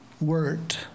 Word